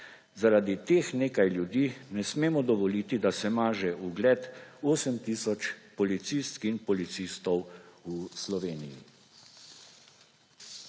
Zaradi teh nekaj ljudi ne smemo dovoliti, da se maže ugled 8 tisoč policistk in policistov v Sloveniji.